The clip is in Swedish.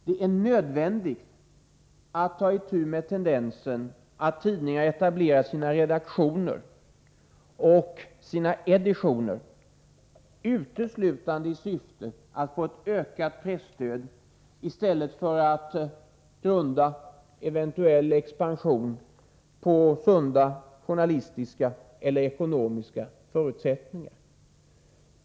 Det är nödvändigt att ta itu med tendensen att tidningar etablerar sina redaktioner och sina editioner uteslutande i syfte att få ett ökat presstöd, i stället för att grunda eventuell expansion på sunda journalistiska eller ekonomiska förutsättningar.